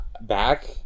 back